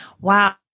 Wow